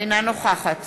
אינה נוכחת